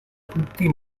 tutti